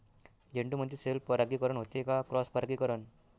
झेंडूमंदी सेल्फ परागीकरन होते का क्रॉस परागीकरन?